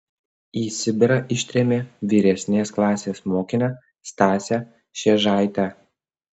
į sibirą ištrėmė vyresnės klasės mokinę stasę šėžaitę